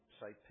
say